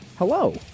Hello